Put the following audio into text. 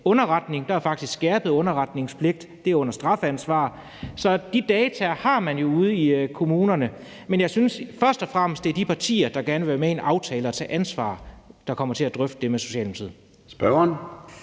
Der er faktisk skærpet underretningspligt; det er under strafansvar. Så de data har man jo ude i kommunerne. Men jeg synes først og fremmest, at det er de partier, der gerne vil være med i en aftale og tage ansvar, der kommer til at drøfte det med Socialdemokratiet.